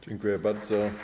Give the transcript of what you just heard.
Dziękuję bardzo.